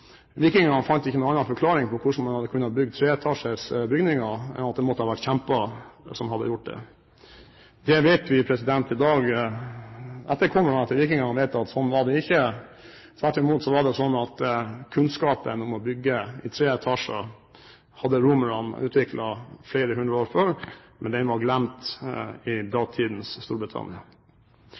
fant ikke noen annen forklaring på hvordan man kunne ha bygget treetasjes bygninger enn at det måtte ha vært kjemper som hadde gjort det. Etterkommerne etter vikingene vet at sånn var det ikke. Tvert imot var det sånn at kunnskapen om å bygge i tre etasjer hadde romerne utviklet flere hundre år før, men den var glemt i datidens Storbritannia.